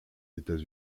états